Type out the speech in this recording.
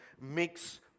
makes